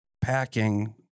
packing